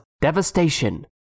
devastation